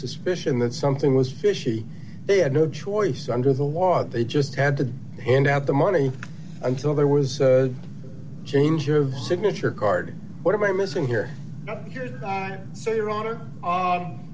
suspicion that something was fishy they had no choice under the law they just had to have the money until there was the change your signature card what am i missing here here so your honor